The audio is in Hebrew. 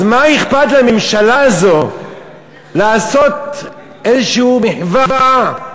אז מה אכפת לממשלה הזאת לעשות איזושהי מחווה,